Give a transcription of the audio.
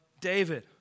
David